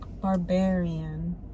Barbarian